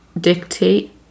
dictate